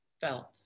felt